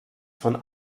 von